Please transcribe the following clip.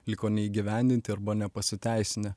liko neįgyvendinti arba nepasiteisinę